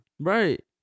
Right